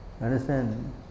Understand